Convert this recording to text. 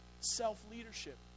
self-leadership